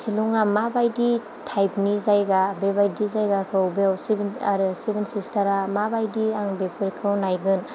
सिलंआ माबायदि टाइपनि जायगा बेबायदि जायगाखौ बेवसो आरो सेभेन सिस्टारा माबायदि आं बेफोरखौ नायगोन